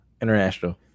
International